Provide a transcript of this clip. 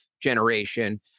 generation